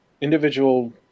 Individual